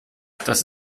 das